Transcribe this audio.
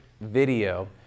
video